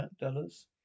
dollars